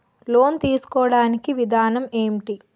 Loan తీసుకోడానికి విధానం ఏంటి?